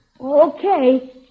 Okay